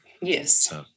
Yes